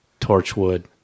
Torchwood